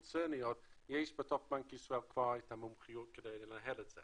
קונצרניות יש בתוך בנק ישראל כבר את המומחיות כדי לנהל את זה,